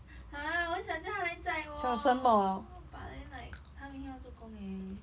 ha 我很想叫他来载我 but then like 他明天要做工 eh